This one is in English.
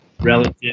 relative